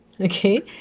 Okay